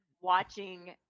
watching